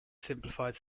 simplified